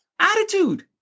Attitude